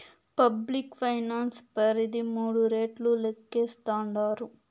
public finance పరిధి మూడు రెట్లు లేక్కేస్తాండారు